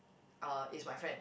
uh is my friend